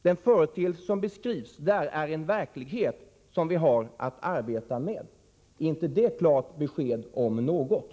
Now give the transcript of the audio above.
Den företeelse som beskrivs där är den verklighet som vi har att arbeta med. Är inte det, om något, ett klart besked?